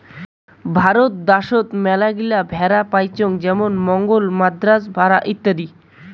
ভারত দ্যাশোত মেলাগিলা ভেড়া পাইচুঙ যেমন গরল, মাদ্রাজ ভেড়া ইত্যাদি